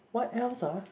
what else ah